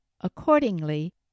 accordingly